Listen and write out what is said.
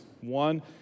one